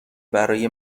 برای